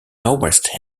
northwest